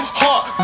heart